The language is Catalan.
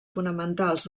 fonamentals